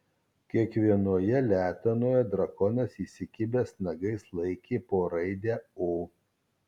kiekvienoje letenoje drakonas įsikibęs nagais laikė po raidę o